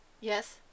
Yes